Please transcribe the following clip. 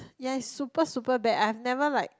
ya it's super super bad I've never like